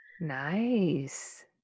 Nice